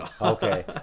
Okay